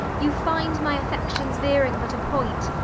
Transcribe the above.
you find my affections veering but a point,